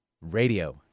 radio